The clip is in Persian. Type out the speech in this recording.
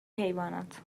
حیوانات